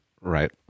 Right